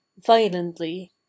violently